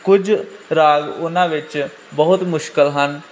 ਕੁਝ ਰਾਗ ਉਹਨਾਂ ਵਿੱਚ ਬਹੁਤ ਮੁਸ਼ਕਿਲ ਹਨ